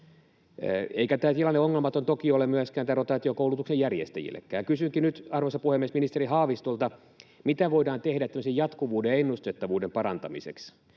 Eikä tämä tilanne ongelmaton toki ole myöskään tämän rotaatiokoulutuksen järjestäjillekään. Kysynkin nyt, arvoisa puhemies, ministeri Haavistolta: Mitä voidaan tehdä tämmöisen jatkuvuuden ja ennustettavuuden parantamiseksi?